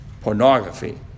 pornography